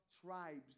tribes